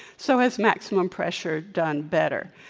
so has maximum pressure done better?